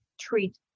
treat